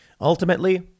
Ultimately